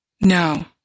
No